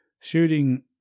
shooting